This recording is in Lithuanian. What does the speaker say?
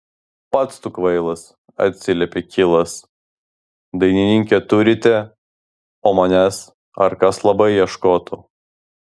pats tu kvailas atsiliepė kilas dainininkę turite o manęs ar kas labai ieškotų